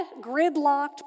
gridlocked